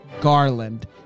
Garland